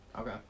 Okay